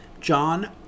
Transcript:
John